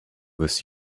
this